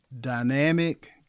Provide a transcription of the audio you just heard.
dynamic